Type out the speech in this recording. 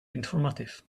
informative